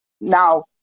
now